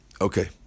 Okay